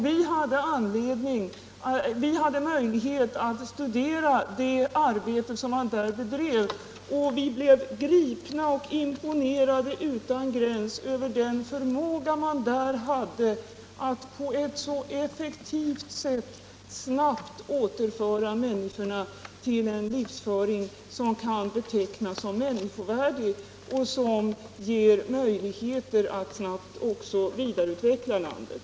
Vi hade där möjlighet att studera det arbete som bedrevs och blev gripna och imponerade utan gräns över den förmåga PRR hade att på ett så effektivt och snabbt sätt återföra människorna till en livsföring som kan betecknas som människovärdig och som också skapar möjligheter att vidareutveckla landet.